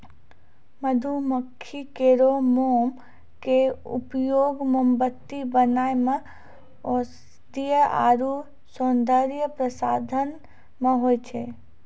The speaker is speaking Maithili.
मधुमक्खी केरो मोम क उपयोग मोमबत्ती बनाय म औषधीय आरु सौंदर्य प्रसाधन म होय छै